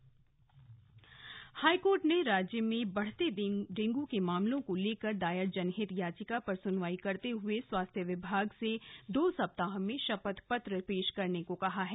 high court डेंग् high court ने राज्य में बढ़ते डेंगू के मामलों को लेकर दायर जनहित याचिका पर सुनवाई करते हुए स्वास्थ्य विभाग से दो सप्ताह में शपथपत्र पेश करने तो कहा है